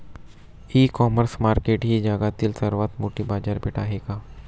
इ commerce market ही जगातील सर्वात मोठी बाजारपेठ आहे का?